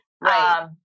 right